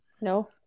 No